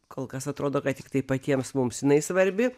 kol kas atrodo kad tiktai patiems mums jinai svarbi